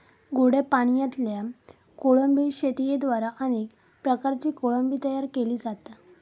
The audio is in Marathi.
गोड्या पाणयातल्या कोळंबी शेतयेद्वारे अनेक प्रकारची कोळंबी तयार केली जाता